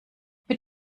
mit